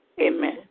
Amen